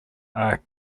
are